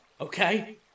okay